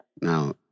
Now